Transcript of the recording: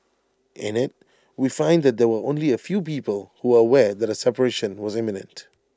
in IT we find that there were only A few people who are aware that A separation was imminent